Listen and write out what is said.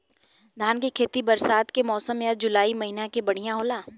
धान के खेती बरसात के मौसम या जुलाई महीना में बढ़ियां होला?